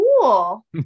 cool